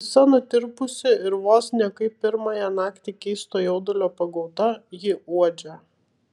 visa nutirpusi ir vos ne kaip pirmąją naktį keisto jaudulio pagauta ji uodžia